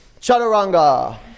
Chaturanga